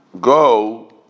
go